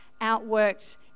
outworked